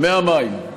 מהמים.